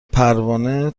پروانه